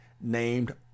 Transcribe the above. named